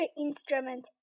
Instrument